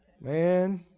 Man